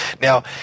Now